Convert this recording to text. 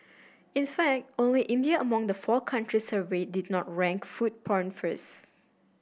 in fact only India among the four countries surveyed did not rank food porn first